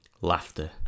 Laughter